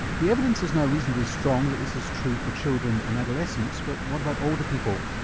the evidence is now reasonably strong that this is true for children and adolescents but what about older people?